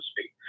speak